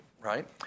right